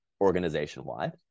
organization-wide